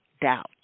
doubt